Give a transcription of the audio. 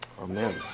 Amen